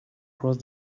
across